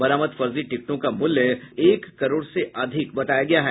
बरामद फर्जी टिकटों का मूल्य एक करोड़ से अधिक बताया गया है